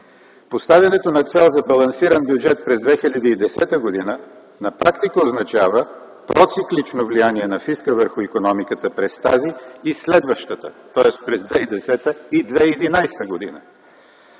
„Поставянето на цел за балансиран бюджет през 2010 г. на практика означава проциклично влияние на фиска върху икономиката през тази и следващата – тоест през 2010 и 2011 г.